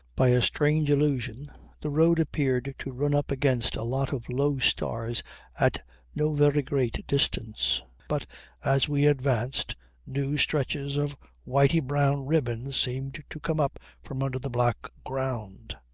by a strange illusion the road appeared to run up against a lot of low stars at no very great distance, but as we advanced new stretches of whitey brown ribbon seemed to come up from under the black ground.